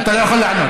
אתה לא יכול לענות.